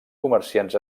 comerciants